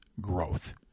growth